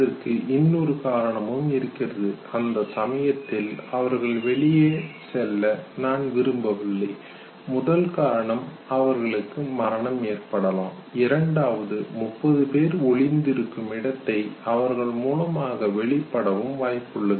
இதற்கு இன்னொரு காரணமும் இருக்கிறது அந்த சமயத்தில் அவர்கள் வெளியே செல்வதை நான் விரும்பவில்லை முதல் காரணம் அவர்களுக்கு மரணம் ஏற்படலாம் இரண்டாவது 30 பேர் ஒளிந்து இருக்கும் இடத்தை அவர்கள் மூலமாக வெளிப்படவும் வாய்ப்புள்ளது